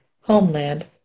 homeland